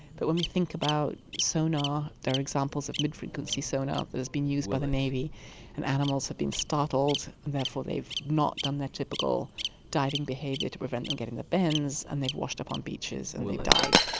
but when we think about sonar, there are examples of mid-frequency sonar that has been used by the navy and animals have been startled and therefore they've not done their typical diving behaviour to prevent them getting the bends and they've washed up on beaches and they've died.